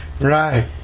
Right